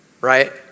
Right